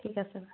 ঠিক আছে